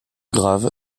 grave